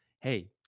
hey